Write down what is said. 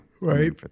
Right